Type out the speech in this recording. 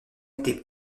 été